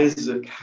Isaac